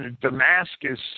Damascus